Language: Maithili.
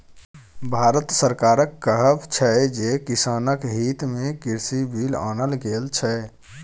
भारत सरकारक कहब छै जे किसानक हितमे कृषि बिल आनल गेल छै